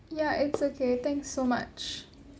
ya it's okay thank so much